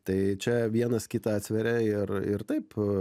tai čia vienas kitą atsveria ir ir taip